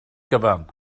gyfan